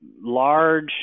large